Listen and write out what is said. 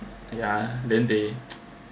ya then they